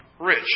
rich